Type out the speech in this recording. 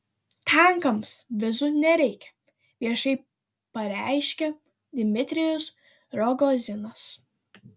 tankams vizų nereikia viešai pareiškia dmitrijus rogozinas